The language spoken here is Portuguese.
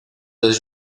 das